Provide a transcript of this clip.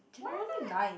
generally nice